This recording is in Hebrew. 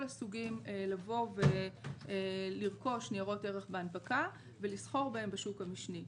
הסוגים לבוא ולרכוש ניירות ערך בהנפקה ולסחור בהם בשוק המשני.